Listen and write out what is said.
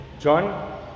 John